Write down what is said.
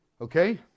Okay